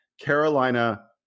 Carolina